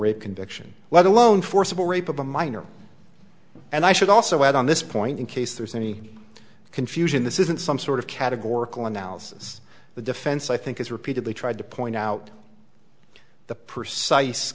rape conviction let alone forcible rape of a minor and i should also add on this point in case there's any confusion this isn't some sort of categorical analysis the defense i think is repeatedly tried to point out the p